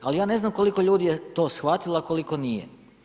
Ali ja ne znam koliko je ljudi je to shvatilo a koliko nije.